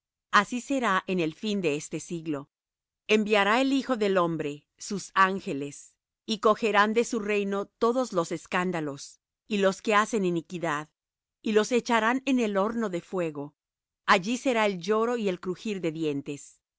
así será en el fin de este siglo enviará el hijo del hombre sus ángeles y cogerán de su reino todos los escándalos y los que hacen iniquidad y los echarán en el horno de fuego allí será el lloro y el crujir de dientes